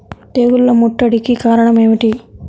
తెగుళ్ల ముట్టడికి కారణం ఏమిటి?